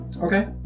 Okay